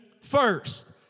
first